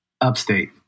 Upstate